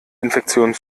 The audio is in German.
infektionen